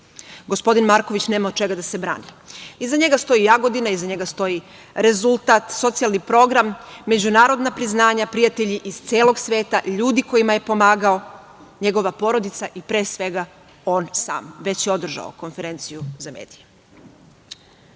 Gospodin Marković nema od čega da se brani. Iza njega stoji Jagodina, iza njega stoji rezultat, socijalni program, međunarodna priznanja, prijatelji iz celog sveta, ljudi kojima je pomagao, njegova porodica i pre svega on sam. Već je održao konferenciju za medije. Danas